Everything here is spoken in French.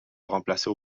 remplacer